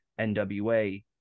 NWA